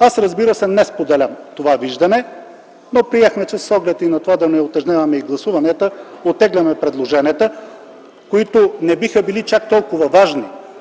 Аз, разбира се, не споделям това виждане, но приехме, че с оглед да не утежняваме гласуванията оттегляме предложенията, които не биха били чак толкова важни,